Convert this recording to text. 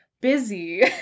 busy